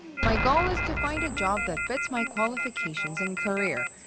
my goal is to find a job that fits my qualifications and career,